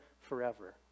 forever